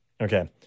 Okay